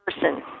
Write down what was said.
person